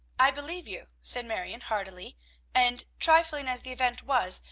i believe you, said marion heartily and, trifling as the event was,